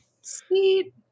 Sweet